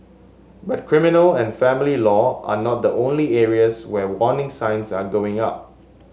but criminal and family law are not the only areas where warning signs are going up